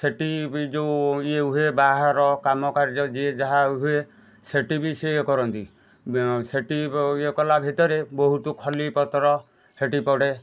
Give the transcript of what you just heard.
ସେଠି ବି ଯେଉଁ ଇଏ ହୁଏ ବାହାଘର କାମକାର୍ଯ୍ୟ ଯିଏ ଯାହା ହୁଏ ସେଟି ବି ସିଏ ଇଏ କରନ୍ତି ସେଠି ଇଏ କଲା ଭିତରେ ବହୁତ ଖଲି ପତର ହେଟି ପଡ଼େ